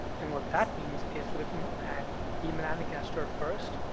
and what that means is looking at d. melanogaster first,